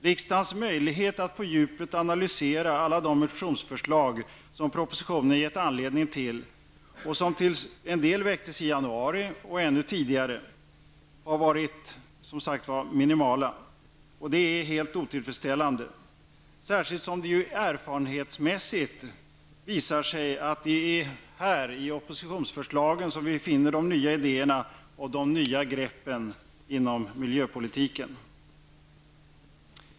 Riksdagens möjlighet att på djupet analysera alla de motionsförslag som propositionen givit anledning till och som till en del väcktes i januari och ännu tidigare har varit minimal. Detta är otillfredsställande, särskilt som det ju erfarenhetsmässigt visar sig att det är i oppositionsförslagen vi finner de nya idéerna och de nya greppen inom miljöpolitiken.